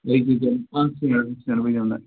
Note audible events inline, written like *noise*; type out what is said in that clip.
*unintelligible* پانٛژھ مِنٹ ؤنِو نہ